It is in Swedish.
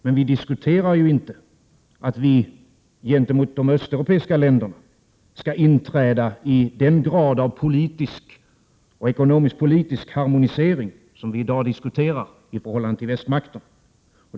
Men vi diskuterar ju inte att vi gentemot de östeuropeiska länderna skall inträda i någon sådan grad av politisk och ekonomisk-politisk harmonisering som vi i dag talar om i förhållande till västmakterna.